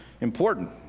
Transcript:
important